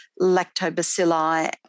lactobacilli